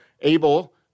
able